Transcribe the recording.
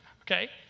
Okay